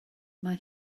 mae